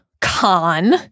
con